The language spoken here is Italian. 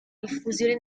diffusione